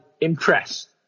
Impressed